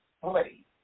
play